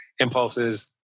impulses